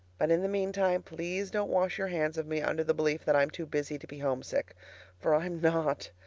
but in the meantime please don't wash your hands of me under the belief that i'm too busy to be homesick for i'm not.